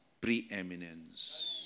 preeminence